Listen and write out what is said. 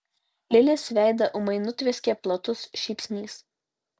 lilės veidą ūmai nutvieskė platus šypsnys